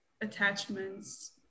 attachments